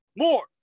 more